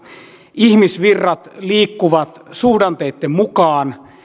ihmisvirrat liikkuvat suhdanteitten mukaan